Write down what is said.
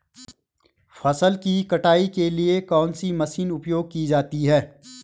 फसल की कटाई के लिए कौन सी मशीन उपयोग की जाती है?